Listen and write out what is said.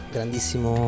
Grandissimo